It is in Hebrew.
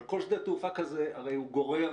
אבל כל שדה תעופה כזה הרי גורר